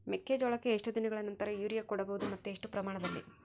ಮೆಕ್ಕೆಜೋಳಕ್ಕೆ ಎಷ್ಟು ದಿನಗಳ ನಂತರ ಯೂರಿಯಾ ಕೊಡಬಹುದು ಮತ್ತು ಎಷ್ಟು ಪ್ರಮಾಣದಲ್ಲಿ?